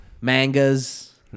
mangas